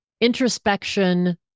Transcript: introspection